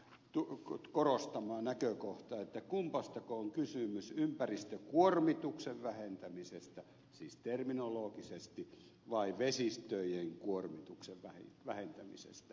kalliksen korostama näkökohta että kummastako on kysymys siis terminologisesti ympäristökuormituksen vähentämisestä vai vesistöjen kuormituksen vähentämisestä